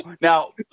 now